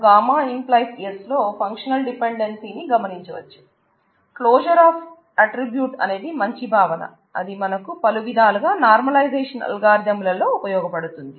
కాబట్టి దీనిని క్లోజర్ ఆఫ్లలో ఉపయోగపడుతుంది